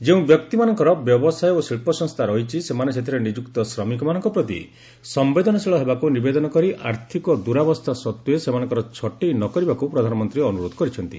ଯେଉଁ ବ୍ୟକ୍ତିମାନଙ୍କର ବ୍ୟବସାୟ ଓ ଶିଳ୍ପସଂସ୍କା ରହିଛି ସେମାନେ ସେଥିରେ ନିଯୁକ୍ତ ଶ୍ରମିକମାନଙ୍କ ପ୍ରତି ସମ୍ଭେଦନଶୀଳ ହେବାକୁ ନିବେଦନ କରି ଆର୍ଥିକ ଦୁରାବସ୍ଥା ସତ୍ତ୍ୱେ ସେମାନଙ୍କର ଛଟେଇ ନ କରିବାକୁ ପ୍ରଧାନମନ୍ତ୍ରୀ ଅନୁରୋଧ କରିଛନ୍ତି